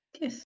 Yes